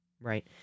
right